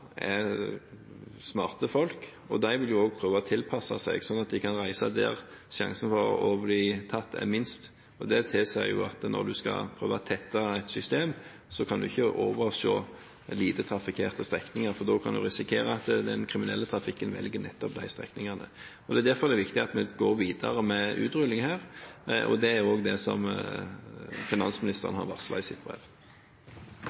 de kan reise dit risikoen for å bli tatt er minst. Det tilsier at når en skal prøve å tette et system, kan en ikke overse lite trafikkerte strekninger, for da kan en risikere at den kriminelle trafikken velger nettopp de strekningene. Derfor er det viktig at vi arbeider videre med utrulling, og det har også finansministeren varslet i sitt brev. Replikkordskiftet er omme. Flere har ikke bedt om ordet til sak nr. 6. Etter ønske fra arbeids- og